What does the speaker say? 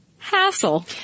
Hassle